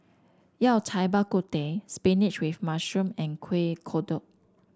Yao Cai Bak Kut Teh spinach with mushroom and Kuih Kodok